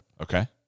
Okay